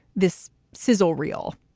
this sizzle real,